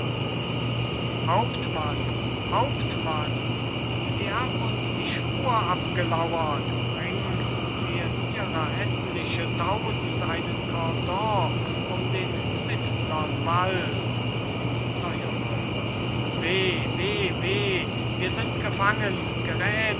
hauptmann hauptmann sie haben uns die spur abgelauert rings ziehen ihrer etliche tausend einen kordon um den mittlern wald neue räuber weh weh weh wir sind gefangen